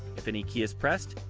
if any key is pressed,